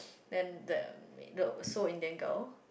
then the so the Indian girl